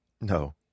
no